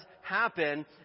happen